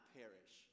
perish